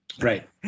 right